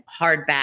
hardback